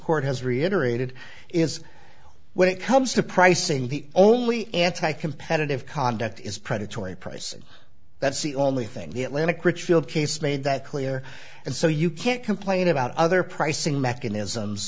court has reiterated is when it comes to pricing the only anti competitive conduct is predatory pricing that's the only thing the atlantic richfield case made that clear and so you can't complain about others pricing mechanisms